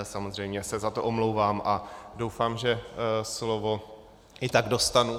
Samozřejmě se za to omlouvám a doufám, že slovo i tak dostanu.